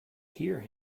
hear